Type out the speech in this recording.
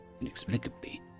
inexplicably